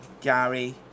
Gary